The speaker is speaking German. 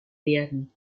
werden